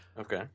Okay